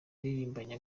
yaririmbanye